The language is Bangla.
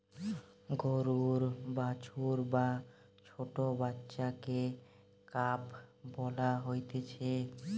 গরুর বাছুর বা ছোট্ট বাচ্চাকে কাফ বলা হতিছে